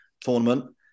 tournament